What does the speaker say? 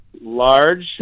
large